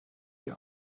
your